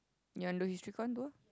you want to do HIstory go and do ah